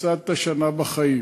הפסדת שנה בחיים,